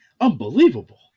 Unbelievable